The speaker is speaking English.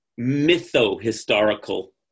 mytho-historical